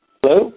Hello